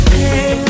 hey